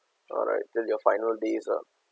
alright till your final days ah